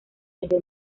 desde